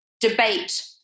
debate